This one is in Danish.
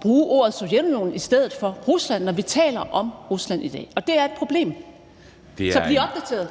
bruge ordet Sovjetunionen i stedet for Rusland, når vi taler om Rusland i dag. Og det er et problem. Så bliv opdateret.